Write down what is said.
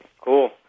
Cool